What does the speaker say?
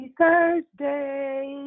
Thursday